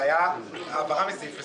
זה היה העברה מסעיף לסעיף.